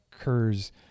occurs